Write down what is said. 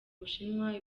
bushinwa